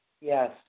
Yes